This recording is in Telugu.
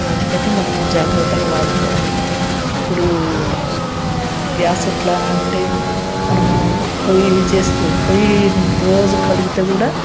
అందుకని మనము జాగ్రత్తగా వాడుకోవాలి ఇప్పుడు గ్యాస్ ఎట్లా అంటే మనము పొయ్యి ఇది చేస్తూ పొయ్యి రోజూ కడిగితే కూడా